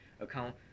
account